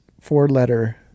four-letter